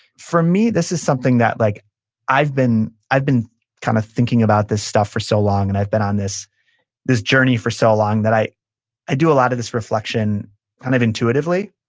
for me, this is something that like i've been i've been kind of thinking about this stuff for so long, and i've been on this this journey for so long, that i i do a lot of this reflection kind of intuitively.